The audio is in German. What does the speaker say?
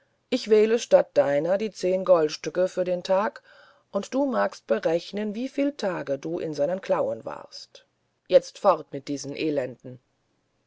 ich wähle statt deiner die goldstücke für den tag und du magst berechnen wieviel tage du in seinen klauen warst jetzt fort mit diesen elenden